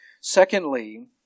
secondly